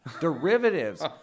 Derivatives